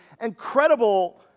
incredible